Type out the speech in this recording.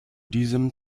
diesem